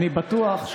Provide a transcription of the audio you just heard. אתה צודק.